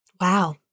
Wow